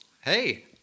Hey